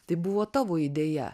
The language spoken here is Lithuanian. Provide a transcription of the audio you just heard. tai buvo tavo idėja